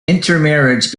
intermarriage